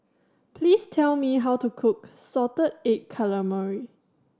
please tell me how to cook salted egg calamari